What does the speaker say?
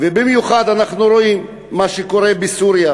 ובמיוחד אנחנו רואים מה שקורה בסוריה,